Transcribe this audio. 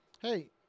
hey